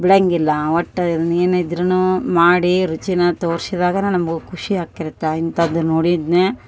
ಬಿಡಂಗಿಲ್ಲ ಒಟ್ಟು ಅದ್ನ ಏನಿದ್ದರೂನು ಮಾಡಿ ರುಚಿನ ತೋರಿಸಿದಾಗನ ನಮ್ಗ ಖುಷಿಯಾಗ್ತಿರತ್ತ ಇಂಥಾದ್ ನೋಡಿದ್ನೇ